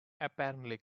apparently